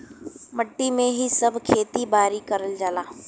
मट्टी में ही सब खेती बारी करल जाला